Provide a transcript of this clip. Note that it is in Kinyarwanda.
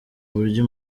uburyo